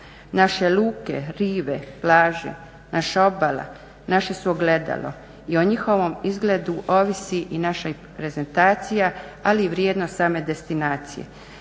Naše luke, rive, plaže, naša obala naše su ogledalo i o njihovom izgledu ovisi i naša prezentacija, ali i vrijednost same destinacije.